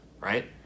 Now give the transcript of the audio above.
right